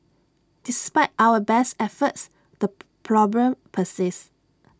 despite our best efforts the problem persists